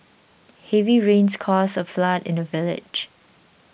heavy rains caused a flood in the village